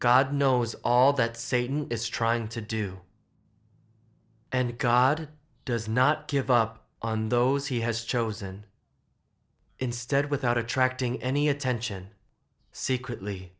knows all that satan is trying to do and god does not give up on those he has chosen instead without attracting any attention secretly